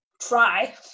try